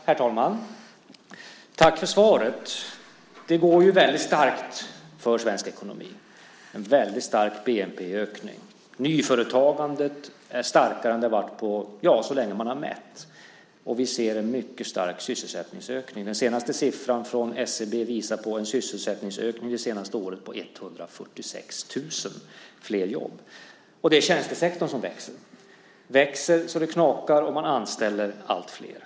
Herr talman! Tack för svaret. Det går ju starkt för svensk ekonomi. Vi har en väldigt stark bnp-ökning. Nyföretagandet är starkare än det har varit så länge man har mätt. Vi ser en mycket stark sysselsättningsökning. Den senaste siffran från SCB visar på en sysselsättningsökning det senaste året med 146 000 flera jobb. Det är tjänstesektorn som växer så att det knakar. Man anställer alltfler.